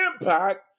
impact